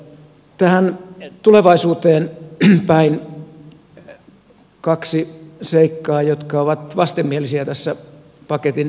tähän tulevaisuuteen päin kaksi seikkaa jotka ovat vastenmielisiä tässä paketin ympärillä